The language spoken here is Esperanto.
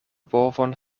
bovon